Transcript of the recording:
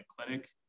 clinic